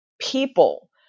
people